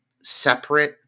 separate